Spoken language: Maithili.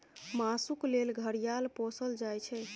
मासुक लेल घड़ियाल पोसल जाइ छै